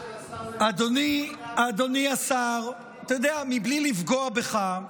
אדוני השר, אתה יודע, בלי לפגוע בך,